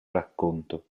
racconto